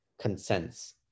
consents